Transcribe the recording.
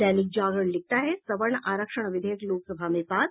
दैनिक जागरण लिखता है सवर्ण आरक्षण विधेयक लोकसभा में पास